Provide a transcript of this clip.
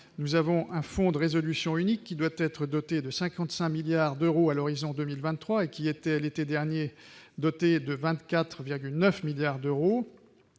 nous avons un fonds de résolution unique qui doit être doté de 55 milliards d'euros à l'horizon 2023 et qui était l'été dernier, doté de 24,9 milliards d'euros,